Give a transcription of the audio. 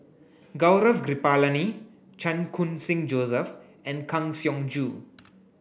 Gaurav Kripalani Chan Khun Sing Joseph and Kang Siong Joo